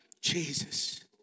Jesus